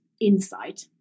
insight